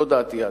זו דעתי.